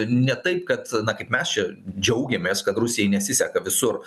ne taip kad na kaip mes čia džiaugiamės kad rusijai nesiseka visur